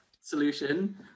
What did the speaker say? solution